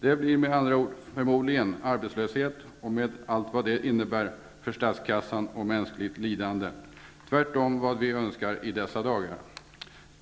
Det blir med andra ord förmodligen arbetslöshet, med allt vad det innebär för statskassan och mänskligt lidande, tvärtemot vad vi önskar i dessa dagar.